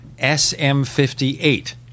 SM58